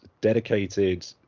dedicated